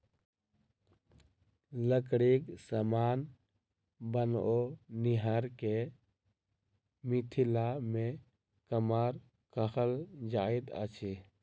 लकड़ीक समान बनओनिहार के मिथिला मे कमार कहल जाइत अछि